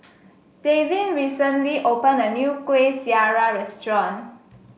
Davin recently opened a new Kuih Syara Restaurant